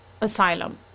asylum